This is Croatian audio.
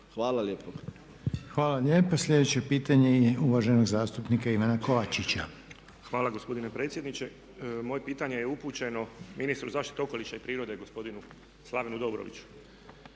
Željko (HDZ)** Hvala lijepo. Sljedeće pitanje je uvaženog zastupnika Ivana Kovačića. Izvolite. **Kovačić, Ivan (MOST)** Hvala gospodine predsjedniče. Moje pitanje je upućeno ministru zaštite okoliša i prirode gospodinu Slavenu Dobroviću.